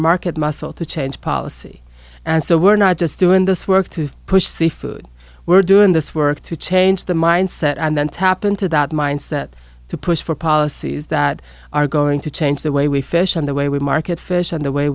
market muscle to change policy and so we're not just doing this work to push the food we're doing this work to change the mindset and then tap into that mindset to push for policies that are going to change the way we fish and the way we market fish and the way